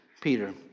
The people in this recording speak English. Peter